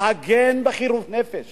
להגן בחירוף נפש